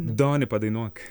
doni padainuok